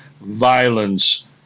violence